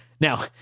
Now